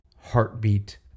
heartbeat